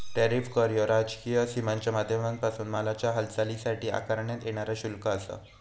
tariff कर ह्यो राजकीय सीमांच्या माध्यमांपासून मालाच्या हालचालीसाठी आकारण्यात येणारा शुल्क आसा